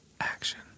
Action